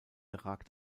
ragt